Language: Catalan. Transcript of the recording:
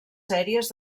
sèries